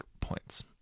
points